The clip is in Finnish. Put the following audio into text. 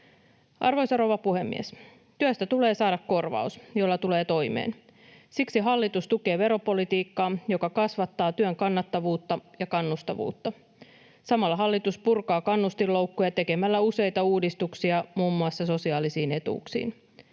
Arvoisa rouva puhemies! Työstä tulee saada korvaus, jolla tulee toimeen. Siksi hallitus tukee veropolitiikkaa, joka kasvattaa työn kannattavuutta ja kannustavuutta. Samalla hallitus purkaa kannustinloukkuja tekemällä useita uudistuksia muun muassa sosiaalisiin etuuksiin.